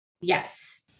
yes